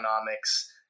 economics